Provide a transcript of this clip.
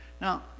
Now